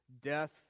Death